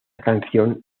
canción